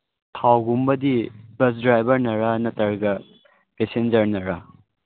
ꯊꯥꯎꯒꯨꯝꯕꯗꯤ bus ꯗ꯭ꯔꯥꯏꯚꯔꯅꯔꯥ ꯅꯠꯇ꯭ꯔꯒ ꯄꯦꯁꯦꯟꯖꯔꯅꯔꯥ